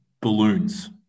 balloons